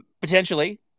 potentially